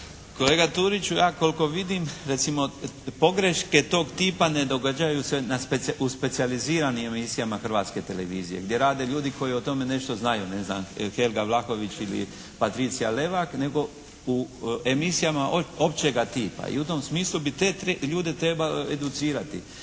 Kolega Turiću ja koliko vidim recimo pogreške tog tipa ne događaju se u specijaliziranim emisijama Hrvatske televizije, gdje rade ljudi koji o tome nešto znaju, ne znam, Helga Vlahović ili Patricija Levak, nego u emisijama općega tipa. I u tom smislu bi te ljude trebalo educirati.